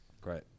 Great